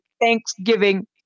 Thanksgiving